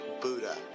Buddha